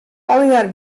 allegear